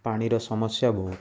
ପାଣିର ସମସ୍ୟା ବହୁତ